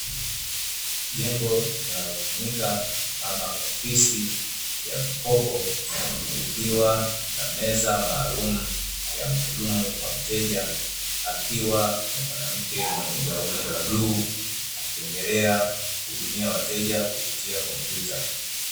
Jengo linalotumika kama ofisi ya mkopo ikiwa na Meza maalumu ya mhudumu wa mteja, akiwa ni Mwanamke Mwenye gauni la bluu akiendelea kuhudumia wateja kupitia kopyuta.